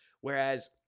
Whereas